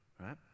right